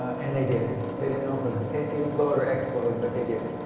and they did. they didn't know if it was implode or explode, but they did.